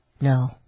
No